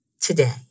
today